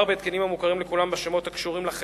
תחרות במשק